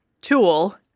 tool